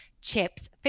chips